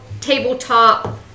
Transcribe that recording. tabletop